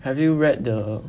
have you read the